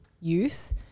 youth